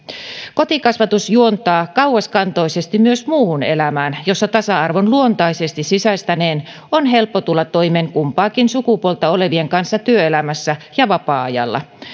kotikasvatus juontaa kauaskantoisesti myös muuhun elämään jossa tasa arvon luontaisesti sisäistäneen on helppo tulla toimeen kumpaakin sukupuolta olevien kanssa työelämässä ja vapaa ajalla